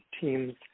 teams